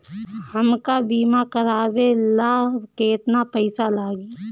हमका बीमा करावे ला केतना पईसा लागी?